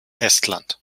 estland